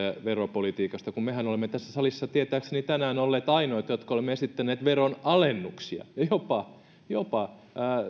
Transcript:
veropolitiikasta kun mehän olemme tässä salissa tietääkseni tänään olleet ainoita jotka ovat esittäneet veronalennuksia jopa jopa